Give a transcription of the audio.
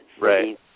Right